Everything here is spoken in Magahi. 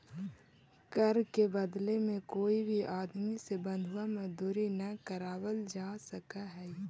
कर के बदले में कोई भी आदमी से बंधुआ मजदूरी न करावल जा सकऽ हई